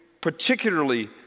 particularly